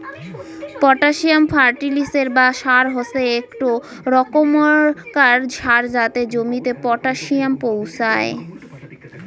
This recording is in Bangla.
পটাসিয়াম ফার্টিলিসের বা সার হসে একটো রোকমকার সার যাতে জমিতে পটাসিয়াম পোঁছাই